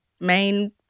main